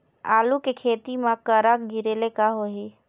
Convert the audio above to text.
आलू के खेती म करा गिरेले का होही?